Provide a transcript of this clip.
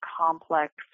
complex